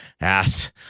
ass